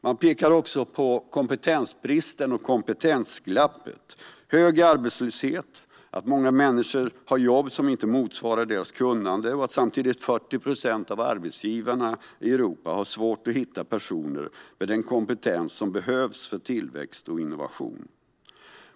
Man pekar också på kompetensbrist och kompetensglapp, hög arbetslöshet och att många människor har jobb som inte motsvarar deras kunnande, samtidigt som 40 procent av arbetsgivarna i Europa har svårt att hitta personer med den kompetens som behövs för tillväxt och innovation.